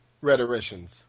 rhetoricians